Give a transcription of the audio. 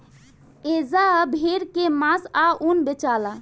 एजा भेड़ के मांस आ ऊन बेचाला